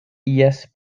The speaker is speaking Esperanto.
ies